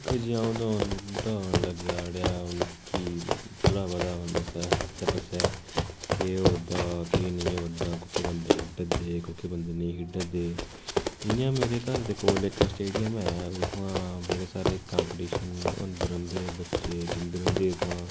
दिक्खो जी अ'ऊं ते हून बुड्ढा होन लग्गेआ अड़ेआ हून मिकी थोह्ड़ा पता हून आसै आसै पासै केह् होआ दा केह् नेईं होआ दा कोह्के बंदे खेढा दे कोह्के बंदे नेईं खेढा दे इ'यां मेरे घर दे कोल इक स्टेडियम ऐ उत्थुआं बड़े सारे कम्पीटीशन होंदे रौंह्दे बच्चे जंदे रौंहदे इत्थुआं